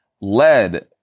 led